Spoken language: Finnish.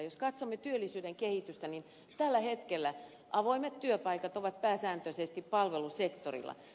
jos katsomme työllisyyden kehitystä niin tällä hetkellä avoimet työpaikat ovat pääsääntöisesti palvelusektorilla